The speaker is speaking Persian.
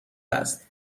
است